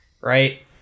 Right